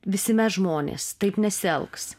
visi mes žmonės taip nesielgs